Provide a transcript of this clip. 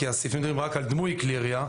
כי הסעיפים מדברים רק על דמוי כלי ירייה,